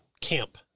camp